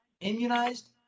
immunized